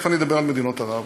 תכף אני אדבר על מדינות ערב,